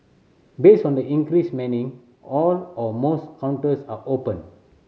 based on the increased manning all or most counters are open